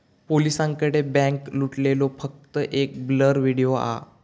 पोलिसांकडे बॅन्क लुटलेलो फक्त एक ब्लर व्हिडिओ हा